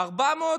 400?